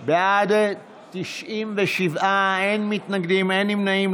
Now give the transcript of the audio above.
בעד, 97, אין מתנגדים, אין נמנעים.